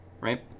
right